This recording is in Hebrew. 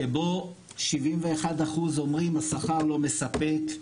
שבו 71% אומרים השכר לא מספק.